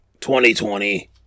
2020